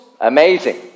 amazing